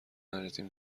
نریزیم